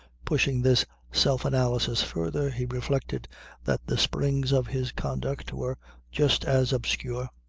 pushing this self-analysis further, he reflected that the springs of his conduct were just as obscure.